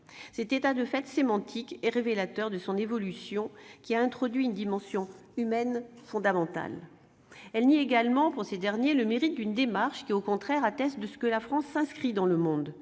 Cet état de fait sémantique est révélateur de son évolution, qui a introduit une dimension humaine fondamentale. Elle nie également pour ces derniers le mérite d'une démarche qui, au contraire, atteste que la France s'inscrit dans le monde